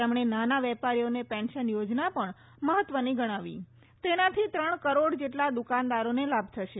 તેમણે નાના વેપારીઓને પેન્શન યોજના પણ મહત્વની ગણાવી તેનાથી ત્રણ કરોડ જેટલા દુકાનદારોને લાભ થશે